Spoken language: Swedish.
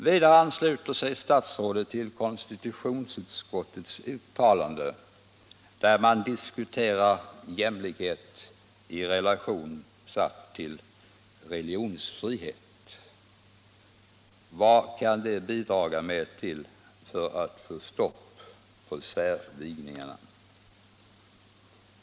Vidare ansluter sig statsrådet till konstitutionsutskottets uttalande, där man diskuterar jämlikhet i relation till religionsfrihet. Vad kan det bidra med för att stoppa särvigningarna?